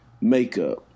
makeup